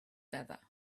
better